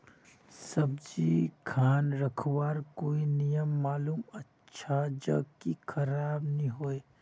सब्जी खान रखवार कोई नियम मालूम अच्छा ज की खराब नि होय?